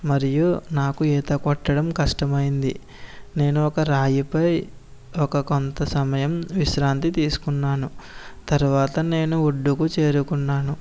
మరియు నాకు ఈతకొట్టడం కష్టం అయ్యింది నేను ఒక రాయిపై ఒక కొంత సమయం విశ్రాంతి తీసుకున్నాను తర్వాత నేను ఒడ్డుకు చేరుకున్నాను